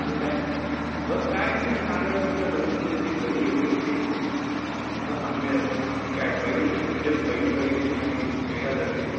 आणि काय बस काय नाही तेच सांगायचं होतं लग्नात तुझी ती बहीण भेटली होती म्हटलं सांगूया ती ती काय बहीण म्हणजे तुझ्या बहिणीसारखी दिसणारी मेघासारखी